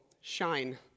shine